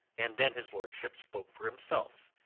and then his lordship spoke for himself,